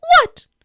What